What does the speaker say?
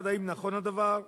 1. האם נכון הדבר?